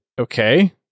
Okay